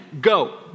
go